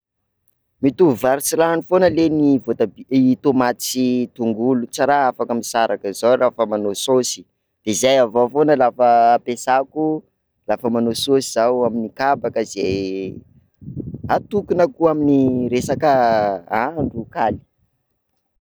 Mitovy vary sy rano foana ley ny voatabi- tomaty sy tongolo, tsy raha afaka misaraka zao la fa manao saosy, de zay avao foana la fa ampiasako la fa manao saosy zaho amin'ny kabaka zay atokonako amin'ny resaka handro kaly.